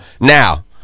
Now